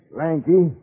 lanky